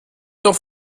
doch